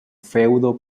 feudo